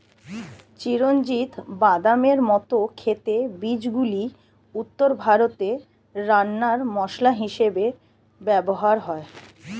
চিরঞ্জিত বাদামের মত খেতে বীজগুলি উত্তর ভারতে রান্নার মসলা হিসেবে ব্যবহার হয়